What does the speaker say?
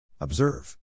observe